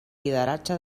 lideratge